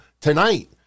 tonight